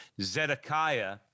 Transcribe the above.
Zedekiah